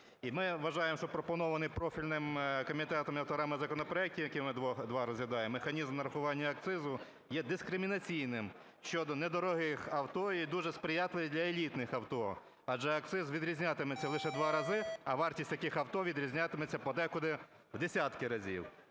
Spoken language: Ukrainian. ми вважаємо, що пропонований профільним комітетом і авторами законопроектів, які ми два розглядаємо, механізм нарахування акцизу є дискримінаційним щодо недорогих авто і дуже сприятливі для елітних авто, адже акциз відрізнятиметься лише в два рази, а вартість таких авто відрізнятиметься подекуди в десятки разів.